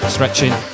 Stretching